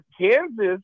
Kansas